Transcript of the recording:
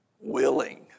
willing